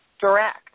direct